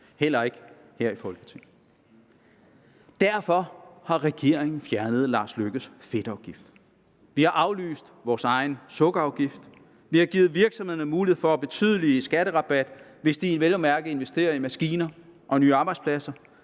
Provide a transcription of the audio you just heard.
heller ikke her i Folketinget. Derfor har regeringen fjernet hr. Lars Løkke Rasmussens fedtafgift. Vi har aflyst vores egen sukkerafgift, vi har givet virksomhederne mulighed for betydelig skatterabat, hvis de vel at mærke investerer i maskiner og nye arbejdspladser.